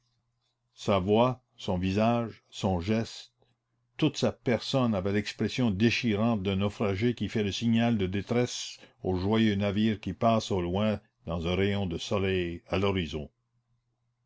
sa voix son visage son geste toute sa personne avaient l'expression déchirante d'un naufragé qui fait le signal de détresse au joyeux navire qui passe au loin dans un rayon de soleil à l'horizon